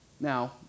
Now